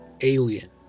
alien